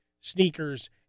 sneakers